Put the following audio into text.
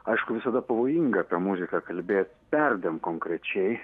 aišku visada pavojinga apie muziką kalbėti perdėm konkrečiai